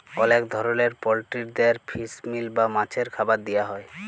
অলেক ধরলের পলটিরিদের ফিস মিল বা মাছের খাবার দিয়া হ্যয়